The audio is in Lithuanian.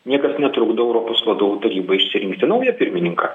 niekas netrukdo europos vadovų tarybą išsirinkti naują pirmininką